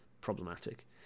problematic